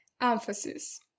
Emphasis